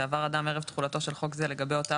שעבר אדם ערב תחולתו של חוק זה לגבי אותה